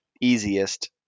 easiest